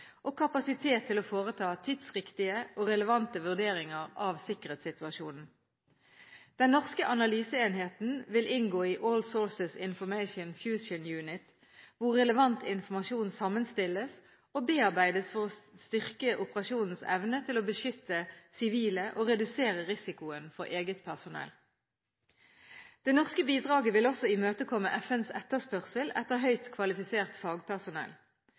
og kapasitet til å foreta tidsriktige og relevante vurderinger av sikkerhetssituasjonen. Den norske analyseenheten vil inngå i «All Sources Information Fusion Unit», hvor relevant informasjon sammenstilles og bearbeides for å styrke operasjonens evne til å beskytte sivile og redusere risikoen for eget personell. Det norske bidraget vil også imøtekomme FNs etterspørsel etter høyt kvalifisert fagpersonell.